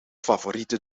favoriete